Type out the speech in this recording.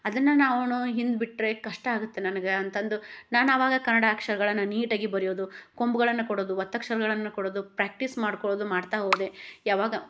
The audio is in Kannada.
ಅದನ್ನ ನಾನು ಹಿಂದೆ ಬಿಟ್ಟರೆ ಕಷ್ಟ ಆಗತ್ತೆ ನನಗೆ ಅಂತಂದು ನಾನು ಅವಾಗ ಕನ್ನಡ ಅಕ್ಷರಗಳನ್ನ ನೀಟಾಗಿ ಬರಿಯೋದು ಕೊಂಬುಗಳನ್ನ ಕೊಡೋದು ಒತ್ತಕ್ಷರಗಳ್ನನ ಕೊಡೋದು ಪ್ರ್ಯಾಕ್ಟೀಸ್ ಮಾಡ್ಕೊಳೋದು ಮಾಡ್ತಾ ಹೋದೆ ಯಾವಾಗ